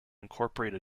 incorporate